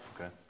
Okay